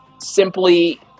simply